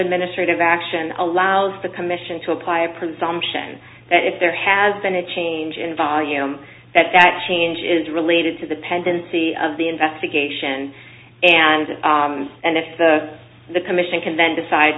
administrative action allows the commission to apply a presumption that if there has been a change in volume that that change is related to the pendency of the investigation and and if the the commission can then decide